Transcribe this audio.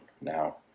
now